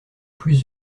plus